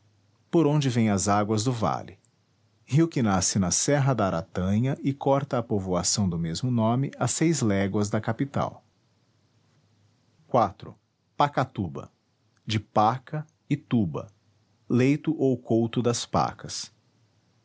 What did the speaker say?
por onde vêm as águas do vale rio que nasce na serra da aratanha e corta a povoação do mesmo nome a seis léguas da capital iv pacatuba de paca e tuba leito ou couto das pacas